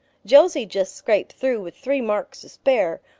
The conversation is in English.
josie just scraped through with three marks to spare,